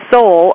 Soul